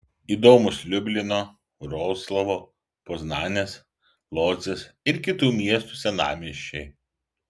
įdomūs liublino vroclavo poznanės lodzės ir kitų miestų senamiesčiai